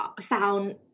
sound